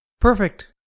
Perfect